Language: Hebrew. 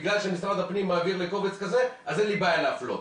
בגלל שמשרד הפנים מעביר לי קובץ כזה אז אין בעיה להפלות.